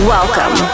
Welcome